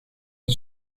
een